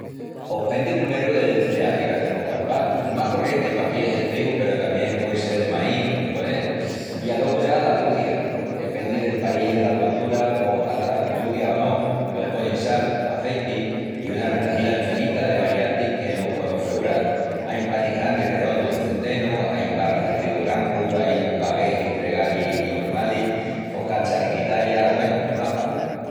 Pos pendi primeru del cereal que gastemus pal pan. El más corrienti paquí es el trigu peru tamién puei sel de maís, un ponel. I alogu ya la ludia, que pendi del país i dela coltura pos gastan ludia o no, o le ponin sal, azeiti i una retahila enfinita de variantis que mos poemus fegural. Ain panis grandis reondus de centenu, ain barras de trigu brancu, ain baguettes intregalis i normalis, focaccias en Italia, güenu, no acabu...